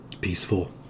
peaceful